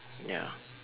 ya